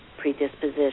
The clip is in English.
predisposition